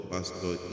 Pastor